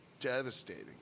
devastating